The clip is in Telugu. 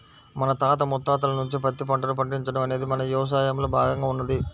మన తాత ముత్తాతల నుంచే పత్తి పంటను పండించడం అనేది మన యవసాయంలో భాగంగా ఉన్నది